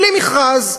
בלי מכרז.